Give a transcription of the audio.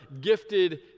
gifted